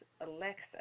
Alexa